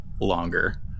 longer